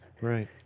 right